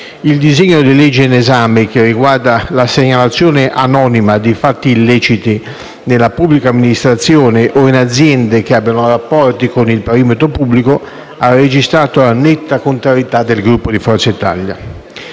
il disegno di legge in esame, che riguarda la segnalazione anonima di fatti illeciti nella pubblica amministrazione o in aziende che abbiano rapporti con il perimetro pubblico, ha registrato la netta contrarietà del Gruppo Forza Italia.